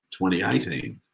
2018